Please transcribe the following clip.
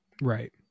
right